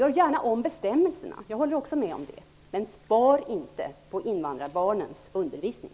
Gör gärna om bestämmelserna, jag håller också med om det, men spar inte på invandrarbarnens undervisning!